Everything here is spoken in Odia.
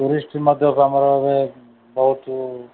ଟୁରିଷ୍ଟ୍ ମଧ୍ୟ ବହୁତ